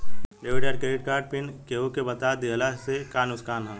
Debit या credit card pin केहूके बता दिहला से का नुकसान ह?